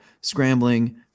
scrambling